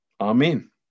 Amen